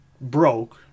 broke